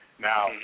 Now